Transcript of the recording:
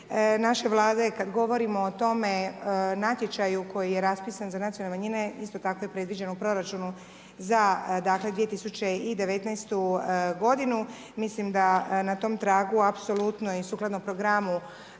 naše Vlade. Kad govorimo o tome natječaju koji je raspisan za nacionalne manjine isto tako je predviđeno u proračunu za dakle 2019.godinu. Mislim da na tom tragu, apsolutno i sukladno programu,